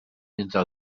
entre